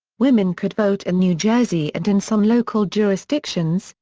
women could vote in new jersey and in some local jurisdictions,